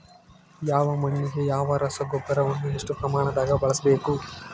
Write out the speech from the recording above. ಯಾವ ಮಣ್ಣಿಗೆ ಯಾವ ರಸಗೊಬ್ಬರವನ್ನು ಎಷ್ಟು ಪ್ರಮಾಣದಾಗ ಬಳಸ್ಬೇಕು?